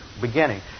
beginning